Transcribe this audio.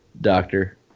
doctor